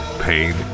pain